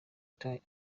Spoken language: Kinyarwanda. die